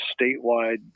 statewide